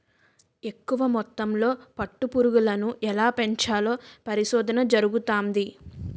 ఎక్కువ మొత్తంలో పట్టు పురుగులను ఎలా పెంచాలో పరిశోధన జరుగుతంది